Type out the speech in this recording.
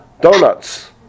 Donuts